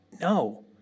No